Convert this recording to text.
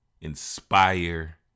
inspire